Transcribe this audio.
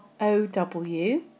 OW